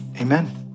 Amen